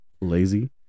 lazy